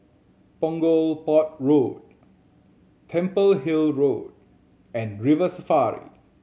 Punggol Port Road Temple Hill Road and River Safari